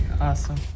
awesome